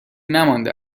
نمانده